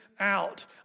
Out